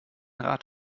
rat